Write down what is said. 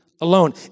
alone